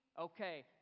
Okay